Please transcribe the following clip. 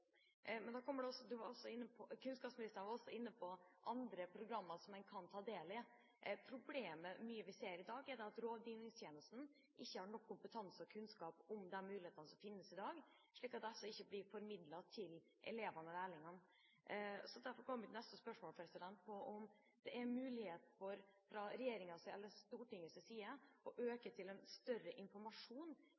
var også inne på andre programmer som en kan ta del i. Mye av problemet vi ser i dag, er at rådgivningstjenesten ikke har nok kompetanse og kunnskap om de mulighetene som finnes i dag, slik at disse ikke blir formidlet til elevene og lærlingene. Derfor går mitt neste spørsmål på om det er en mulighet fra Stortingets side å øke for